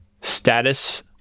status